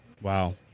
wow